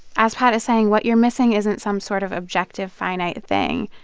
as pat is saying, what you're missing isn't some sort of objective, finite thing.